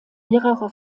mehrere